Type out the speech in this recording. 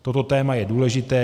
Toto téma je důležité.